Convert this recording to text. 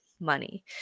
money